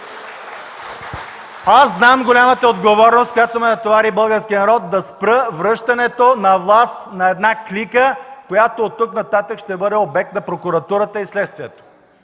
Аз знам голямата отговорност, с която ме натовари българският народ – да спра връщането на власт на една клика, която оттук нататък ще бъде обект на прокуратурата и следствието.